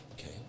Okay